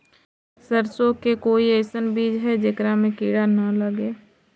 सरसों के कोई एइसन बिज है जेकरा में किड़ा न लगे?